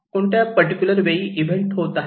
कोणत्या पर्टिक्युलर वेळी इव्हेंट होत आहे